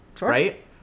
Right